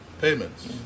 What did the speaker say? payments